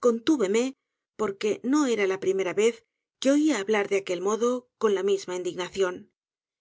contúveme porque no era la primera vez que oía hablar de aquel modo con la misma indignación